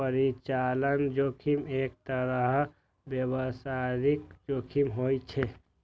परिचालन जोखिम एक तरहक व्यावसायिक जोखिम होइ छै